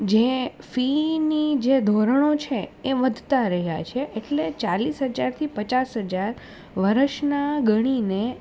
જે ફીનાં જે ધોરણો છે એ વધતાં રહ્યાં છે એટલે ચાલીસ હજારથી પચાસ હજાર વર્ષના ગણીને